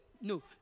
No